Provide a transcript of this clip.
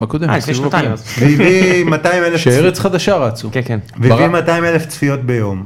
בקודם, לפני שנתיים, כשארץ חדשה רצו, והביא 200 אלף צפיות ביום.